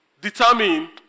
determine